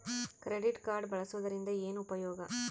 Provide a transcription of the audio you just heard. Credit card ಬಳಸುವದರಿಂದ ಏನು ಉಪಯೋಗ?